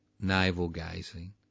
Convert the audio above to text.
navel-gazing